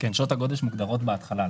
"שעות הגודש" מוגדרות בהתחלה.